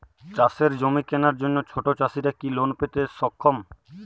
চাষের জমি কেনার জন্য ছোট চাষীরা কি লোন পেতে সক্ষম?